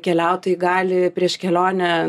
keliautojai gali prieš kelionę